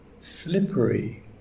slippery